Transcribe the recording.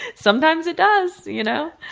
sometimes it does. you know